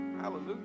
Hallelujah